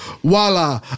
Voila